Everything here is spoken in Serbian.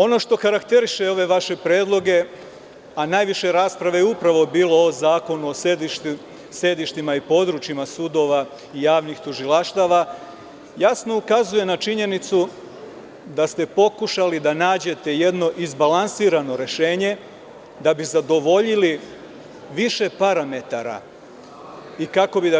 Ono što karakteriše ove vaše predloge, a najviše rasprave je upravo bilo o zakonu o sedištima i područjima sudova i javnih tužilaštava, jasno ukazuje na činjenicu da ste pokušali da nađete jedno izbalansirano rešenje, da bi zadovoljili više parametara i kako bi